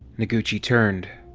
noguchi turned.